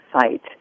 site